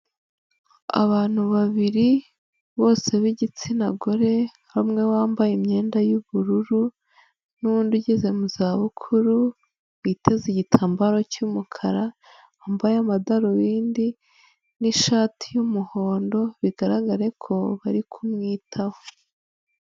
Abantu babiri bose b'igitsina gore hamwe umwe wambaye imyenda y'ubururu n'undi ugeze mu za bukuru bwiteze igitambaro cy'umukara wambaye amadarubindi n'ishati y'umuhondo bigaragare ko bari kumwitaho.